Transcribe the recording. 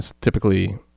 typically